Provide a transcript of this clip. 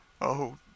Oh